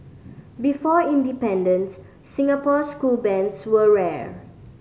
before independences Singapore school bands were rare